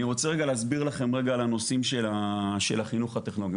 אני רוצה רגע להסביר לכם רגע על הנושאים שלה של החינוך הטכנולוגי.